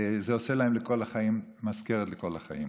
וזה עושה להם מזכרת לכל החיים.